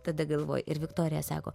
tada galvoji ir viktorija sako